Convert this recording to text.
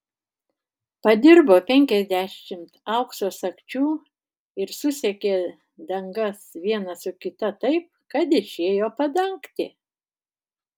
padirbo penkiasdešimt aukso sagčių ir susegė dangas vieną su kita taip kad išėjo padangtė